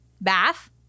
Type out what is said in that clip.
bath